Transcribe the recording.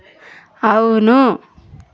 అవును